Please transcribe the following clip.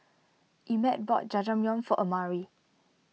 Emett bought Jajangmyeon for Amari